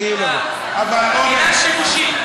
אל תדאג, זו מילה שימושית.